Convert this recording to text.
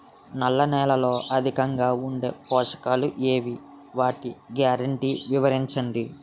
నల్ల నేలలో అధికంగా ఉండే పోషకాలు ఏవి? వాటి గ్యారంటీ వివరించండి?